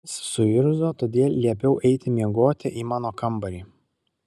jis suirzo todėl liepiau eiti miegoti į mano kambarį